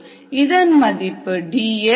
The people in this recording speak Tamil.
இதன் மதிப்பு dSdt